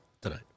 tonight